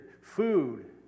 food